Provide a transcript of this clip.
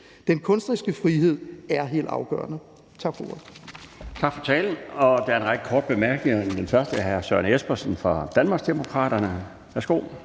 Den kunstneriske frihed er helt afgørende.